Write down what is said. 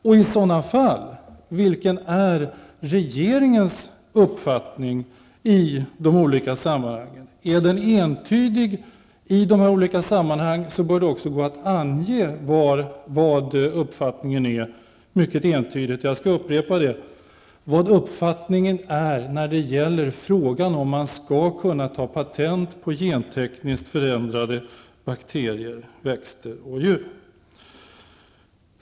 Och vad är regeringens uppfattning i de olika sammanhangen? Är den entydig, bör det gå att mycket entydigt ange vad man anser, och här upprepar jag, i frågan om huruvida det skall vara möjligt att ta patent på gentekniskt förändrade bakterier, växter och djur.